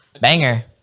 Banger